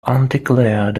undeclared